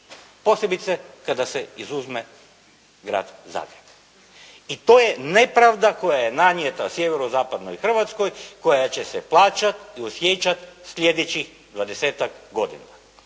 Posebice kada se izuzme Grad Zagreb. I to je nepravda koja je nanijeta sjevero-zapadnoj Hrvatskoj koja će se plaćati i osjećati sljedećih dvadesetak godina.